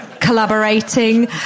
collaborating